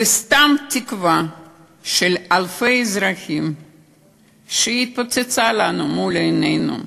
וסתם תקווה של אלפי אזרחים שהתפוצצה לנו מול עינינו.